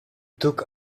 took